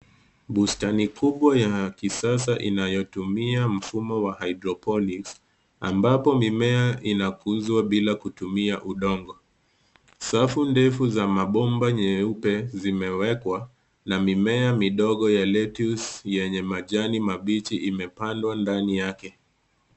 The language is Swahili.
Bustani kubwa ya kisasa inayotumia mfumo wa hydroponics , ambapo mimea inakuzwa bila kutumia udongo. Safu ndefu za mabomba meupe zimewekwa, na mimea midogo ya lettuce yenye majani mabichi imepandwa ndani yake.